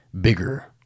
bigger